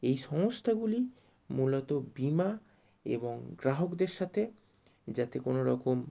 এই সংস্থাগুলি মূলত বিমা এবং গ্রাহকদের সাথে যাতে কোনো রকম